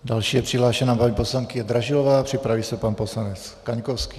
Další je přihlášená paní poslankyně Dražilová, připraví se pan poslanec Kaňkovský.